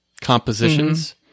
compositions